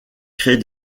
crée